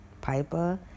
Piper